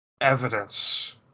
evidence